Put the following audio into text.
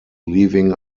leaving